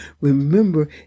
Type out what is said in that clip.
remember